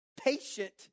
patient